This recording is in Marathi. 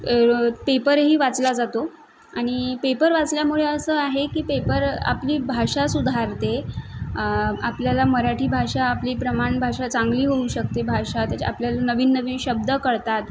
पेपरही वाचला जातो आनि पेपर वाचल्यामुळे असं आहे की पेपर आपली भाषा सुधारते आपल्याला मराठी भाषा आपली प्रमाण भाषा चांगली होऊ शकते भाषा त्याच्या आपल्याला नवीन नवीन शब्द कळतात